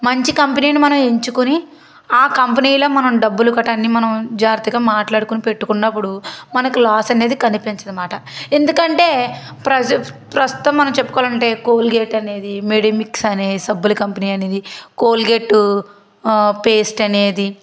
మంచి కంపెనీని మనం ఎంచుకొని ఆ కంపెనీలో మనం దుబ్బులు కట్టా ఆన్నీ మనం జాగ్రత్తగా మాట్లాడుకొని పెట్టుకున్నప్పుడు మనకు లాస్ అనేది కనిపించదనమాట ఎందుకంటే ప్రసు ప్రస్తుతం నేను చెప్పుకోవాలంటే కోల్గేట్ అనేది మెడమిక్స్ అనే సబ్బుల కంపెనీ అనేది కోల్గేట్ పేస్ట్ అనేది